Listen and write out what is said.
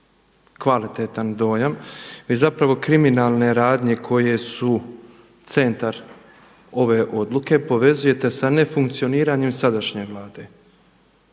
kvalitetan dojam vi zapravo kriminalne radnje koje su centar ove odluke povezujete sa nefunkcioniranjem sadašnje Vlade.